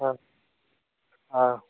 औ औ